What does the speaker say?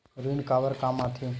ऋण काबर कम आथे?